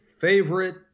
favorite